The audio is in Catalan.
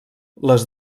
les